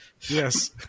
Yes